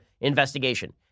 investigation